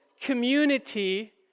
community